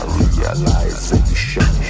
realization